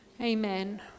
Amen